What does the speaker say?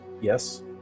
yes